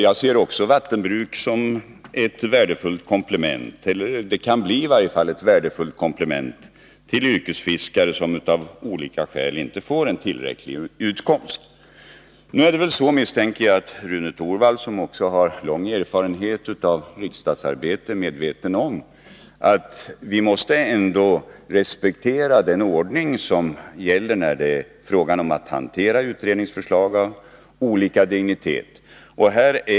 Jag anser också att vattenbruk kan bli ett värdefullt komplement för yrkesfiskare som av olika skäl inte får en tillräcklig utkomst. Jag misstänker att Rune Torwald, som också har lång erfarenhet av riksdagsarbetet, är medveten om att vi måste respektera den ordning som gäller när det är fråga om att hantera utredningsförslag av olika dignitet.